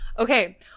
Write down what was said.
Okay